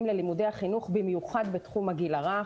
ללימודי החינוך במיוחד בתחום הגיל הרך,